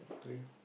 three